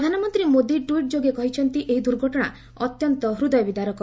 ପ୍ରଧାନମନ୍ତ୍ରୀ ମୋଦି ଟ୍ୱିଟ୍ ଯୋଗେ କହିଛନ୍ତି ଏହି ଦୁର୍ଘଟଣା ଅତ୍ୟନ୍ତ ହୂଦୟ ବିଦାରକ